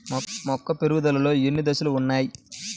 మొక్క పెరుగుదలలో ఎన్ని దశలు వున్నాయి?